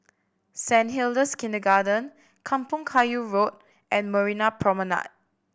Saint Hilda's Kindergarten Kampong Kayu Road and Marina Promenade